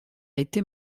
été